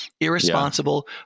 irresponsible